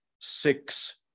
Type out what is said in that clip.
six